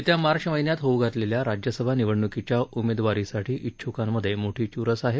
येत्या मार्च महिन्यात होऊ घातलेल्या राज्यसभा निवडण्कीच्या उमेदवारीसाठी इच्छुकांमध्ये मोठी चुरस आहे